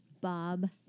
Bob